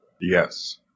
Yes